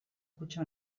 kutxa